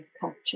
culture